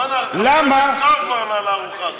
בוא'נה, אתה, כבר לארוחה הזאת.